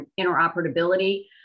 interoperability